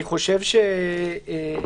לדעתי,